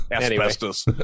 Asbestos